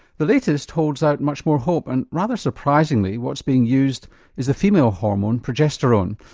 the latest holds out much more hope and rather surprisingly what's being used is the female hormone progesterone.